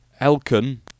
Elkin